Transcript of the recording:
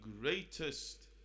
greatest